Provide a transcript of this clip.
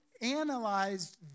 analyzed